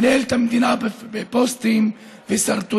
מנהל את המדינה בפוסטים ובסרטונים,